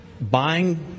buying